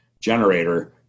generator